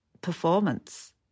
performance